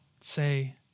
say